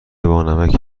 بانمکی